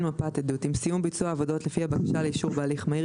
מפת עדות 26ז. עם סיום ביצוע העבודות לפי הבקשה לאישור בהליך מהיר,